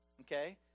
okay